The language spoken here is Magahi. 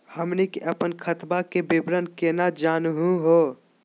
हमनी के अपन खतवा के विवरण केना जानहु हो?